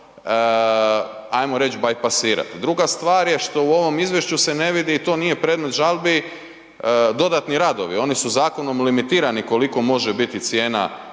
ajmo preci bajpasirat. Druga stvar je što u ovom izvješću se ne vidi i to nije predmet žalbi dodatni radovi, oni su zakonom limitirani koliko može biti cijena